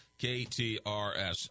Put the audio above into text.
KTRS